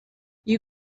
you